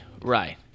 Right